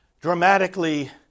dramatically